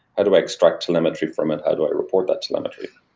do i extract telemetry from it? how do i report that telemetry?